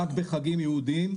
רק בחגים יהודיים,